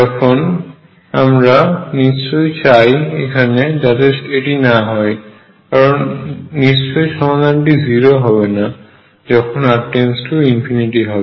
সুতরাং আমরা নিশ্চয়ই চাই এখানে যাতে এটি না হয় কারণ নিশ্চয়ই সমাধানটি 0 হবে না যখন r→∞ হবে